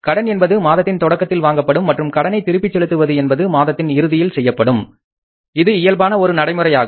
கடன் என்பது மாதத்தின் தொடக்கத்தில் வாங்கப்படும் மற்றும் கடனைத் திருப்பிச் செலுத்துவது என்பது மாதத்தின் இறுதியில் செய்யப்படும் இது இயல்பான ஒரு நடைமுறையாகும்